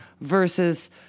versus